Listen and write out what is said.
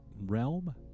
realm